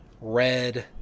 red